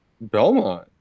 Belmont